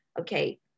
okay